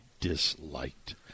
disliked